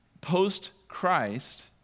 post-Christ